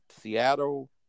Seattle